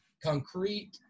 concrete